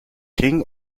king